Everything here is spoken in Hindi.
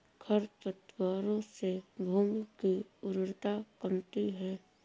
खरपतवारों से भूमि की उर्वरता कमती है